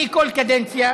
אני, כל קדנציה,